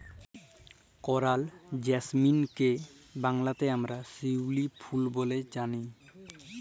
করাল জেসমিলটকে বাংলাতে আমরা শিউলি ফুল ব্যলে জানি